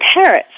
parrots